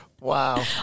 Wow